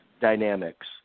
dynamics